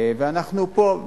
אנחנו פה,